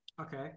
Okay